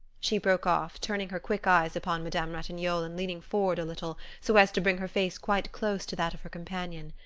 she broke off, turning her quick eyes upon madame ratignolle and leaning forward a little so as to bring her face quite close to that of her companion,